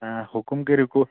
حُکُم کٔرِو